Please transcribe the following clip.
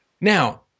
Now